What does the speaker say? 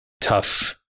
tough